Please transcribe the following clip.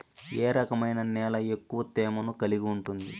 ఏ రకమైన నేల ఎక్కువ తేమను కలిగి ఉంటుంది?